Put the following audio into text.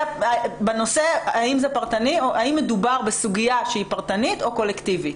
האם מדובר בסוגייה שהיא פרטנית או קולקטיבית.